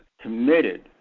committed